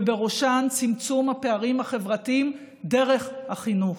ובראשן צמצום הפערים החברתיים דרך החינוך.